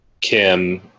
Kim